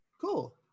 Cool